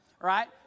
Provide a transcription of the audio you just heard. Right